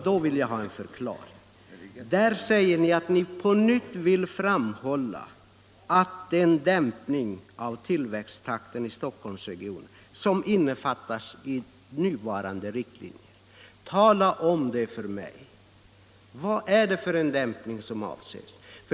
Där står: ”Utskottet vill därför på nytt framhålla att den dämpning av tillväxttakten i Stockholmsregionen och övriga storstadsområden, som innefattas i gällande regionalpolitiska riktlinjer, inte är avsedd att leda till att de sociala förhållandena och servicen i dessa områden försämras.” Tala om för mig, herr Oskarson, vilken dämpning som avses.